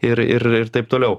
ir ir ir taip toliau